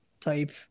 type